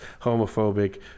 homophobic